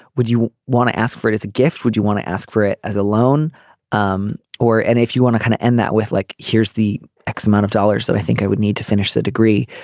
would you want to ask for it as a gift. would you want to ask for it as a loan um or. and if you want to kind of end that with like here's the x amount of dollars that i think i would need to finish the degree.